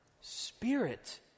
spirit